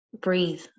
breathe